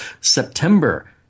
September